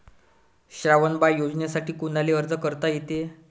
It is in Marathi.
श्रावण बाळ योजनेसाठी कुनाले अर्ज करता येते?